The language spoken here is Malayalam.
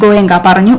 ഗോയങ്ക പറഞ്ഞു